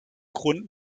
grund